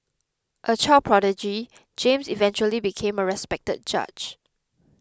a child prodigy James eventually became a respected judge